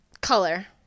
Color